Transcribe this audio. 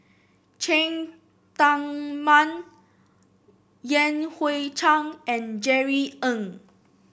Cheng Tsang Man Yan Hui Chang and Jerry Ng